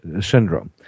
syndrome